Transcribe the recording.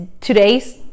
today's